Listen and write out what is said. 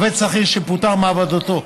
עובד שכיר שפוטר מעבודתו